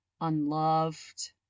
unloved